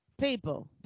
people